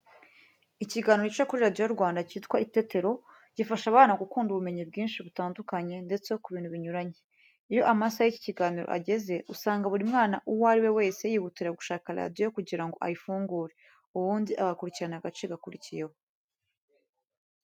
Ikiganiro gica kuri radiyo Rwanda cyitwa Itetero, gifasha abana kunguka ubumenyi bwinshi butandukanye ndetse ku bintu binyuranye. Iyo amasaha y'iki kiganiro ageze, usanga buri mwana uwo ari we wese yihutira gushaka radiyo kugira ngo ayifungure, ubundi agakurikirana agace gakurikiyeho.